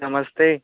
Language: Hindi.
नमस्ते